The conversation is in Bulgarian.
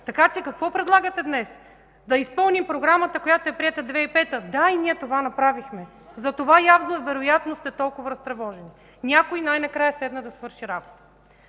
Какво предлагате днес? Да изпълним Програмата, която е приета през 2005 г.?! Да, и ние това направихме. Явно затова, вероятно сте толкова разтревожени. Някой най-накрая седна да свърши работа.